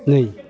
नै